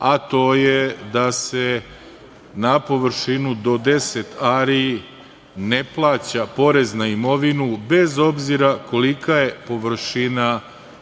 a to je da se na površinu do 10 ari ne plaća porez na imovinu bez obzira kolika je površina